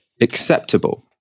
acceptable